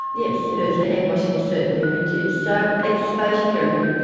yes, her hand washing has certainly reduced. so, exposure therapy.